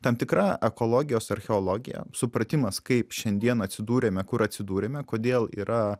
tam tikra ekologijos archeologija supratimas kaip šiandien atsidūrėme kur atsidūrėme kodėl yra